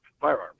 firearms